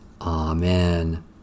Amen